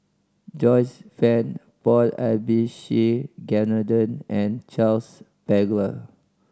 Joyce Fan Paul Abisheganaden and Charles Paglar